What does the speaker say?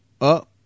up